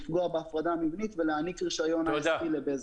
לפגוע בהפרדה המבנית ולהעניק רישיון ISP לבזק.